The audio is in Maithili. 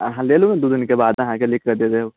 अहाँ ले लु दू दिनके बाद अहाँके लिखके दै देब